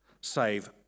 save